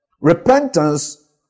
Repentance